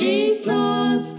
Jesus